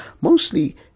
mostly